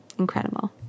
incredible